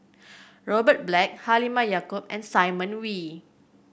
Robert Black Halimah Yacob and Simon Wee